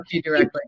directly